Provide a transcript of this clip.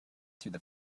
through